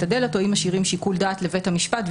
הדלת או האם משאירים שיקול דעת לבית המשפט.